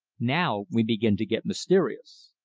now we begin to get mysterious.